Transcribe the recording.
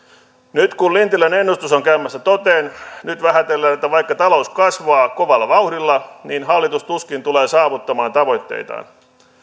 nyt kun lintilän ennustus on käymässä toteen vähätellään että vaikka talous kasvaa kovalla vauhdilla niin hallitus tuskin tulee saavuttamaan tavoitteitaan